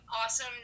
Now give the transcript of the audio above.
awesome